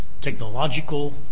technological